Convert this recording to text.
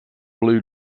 blue